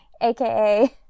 aka